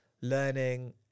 learning